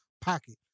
pocket